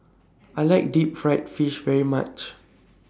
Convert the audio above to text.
I like Deep Fried Fish very much